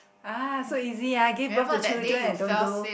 ah so easy ah give birth to children and don't do